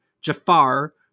Jafar